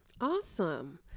Awesome